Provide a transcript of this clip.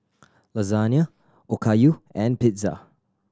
Lasagne Okayu and Pizza